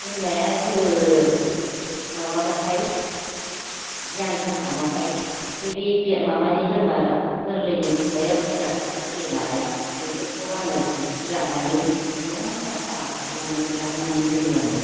बोरमाया जो माबाब्लाथाय बियान होखांब्लाथाय ओमफाय बे माबानि बोरमा गोरलैनि खुगायाव बिज्लाब बिथाब फैयोनालाय बेफोरखौ आङो जिस्रि लानानै मोजां साफ्फा खालामनानै हुगारनानै होयो आङो